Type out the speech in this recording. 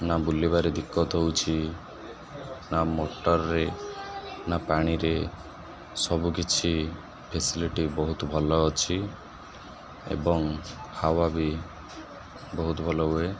ନା ବୁଲିବାରେ ଦିକତ୍ ହଉଛି ନା ମୋଟରରେ ନା ପାଣିରେ ସବୁକିଛି ଫେସିଲିଟି ବହୁତ ଭଲ ଅଛି ଏବଂ ହାୱା ବି ବହୁତ ଭଲ ହୁଏ